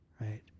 right